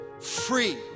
free